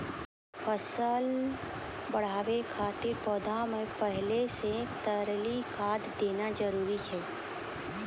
फसल बढ़ाबै खातिर पौधा मे पहिले से तरली खाद देना जरूरी छै?